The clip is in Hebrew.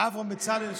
אברהם בצלאל,